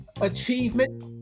achievement